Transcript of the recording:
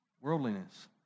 Worldliness